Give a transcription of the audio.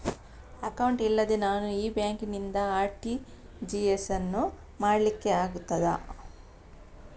Account ಇಲ್ಲದೆ ನಾನು ಈ ಬ್ಯಾಂಕ್ ನಿಂದ ಆರ್.ಟಿ.ಜಿ.ಎಸ್ ಯನ್ನು ಮಾಡ್ಲಿಕೆ ಆಗುತ್ತದ?